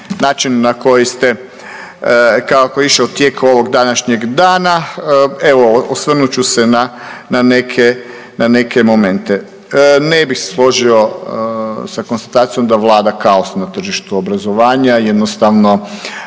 način na koji ste, kako je išao tijek ovog današnjeg dana evo osvrnut ću se na neke momente. Ne bih se složio sa konstatacijom da vlada kaos na tržištu obrazovanja. Jednostavno